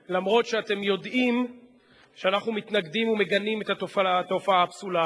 אפילו שאתם יודעים שאנחנו מתנגדים ומגנים את התופעה הפסולה הזאת.